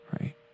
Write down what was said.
Right